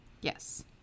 Yes